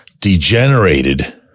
degenerated